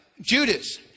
Judas